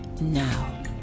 now